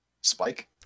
Spike